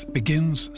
begins